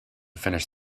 finish